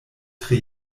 tre